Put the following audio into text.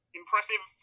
impressive